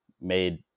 Made